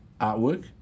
Artwork